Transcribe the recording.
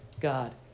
God